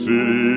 City